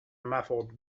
muffled